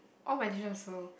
all my teachers also